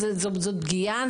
זאת פגיעה,